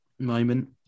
Moment